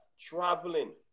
traveling